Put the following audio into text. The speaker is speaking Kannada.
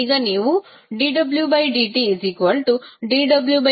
ಈಗ ನೀವು dwdtdwdq